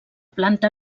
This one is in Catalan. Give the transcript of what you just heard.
planta